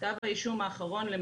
כתב האישום האחרון?